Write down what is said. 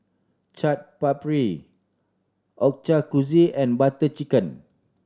Chaat Papri and Butter Chicken